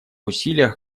усилиях